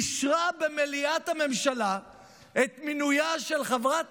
אישרה במליאת הממשלה את מינויה של חברת